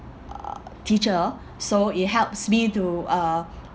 uh teacher so it helps me to uh